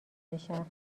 بشم